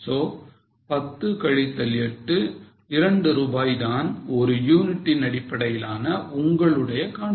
So 10 கழித்தல் 8 2 ரூபாய் தான் ஒரு யூனிட்டின் அடிப்படையிலான உங்களுடைய contribution